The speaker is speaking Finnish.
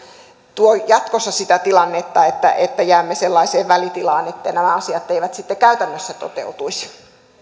tuo jatkossa ikään kuin sitä tilannetta että että jäämme sellaiseen välitilaan että nämä asiat eivät sitten käytännössä toteutuisi